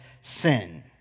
sin